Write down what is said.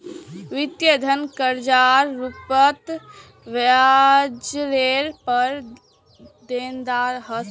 वित्तीय धन कर्जार रूपत ब्याजरेर पर देनदार ह छे